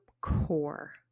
core